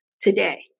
today